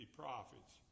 prophets